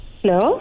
hello